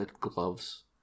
gloves